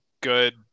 good